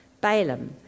Balaam